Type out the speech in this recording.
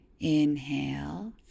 Inhale